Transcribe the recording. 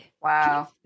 Wow